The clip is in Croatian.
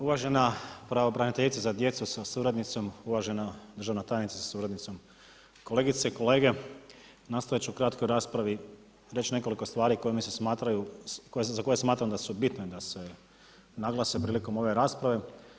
Uvažena pravobraniteljice za djecu sa suradnicom, uvažena državna tajnice sa suradnicom, kolegice i kolegi nastojati ću u kratkoj raspravi reći nekoliko stvari za koje smatram da su bitne da se naglase prilikom ove rasprave.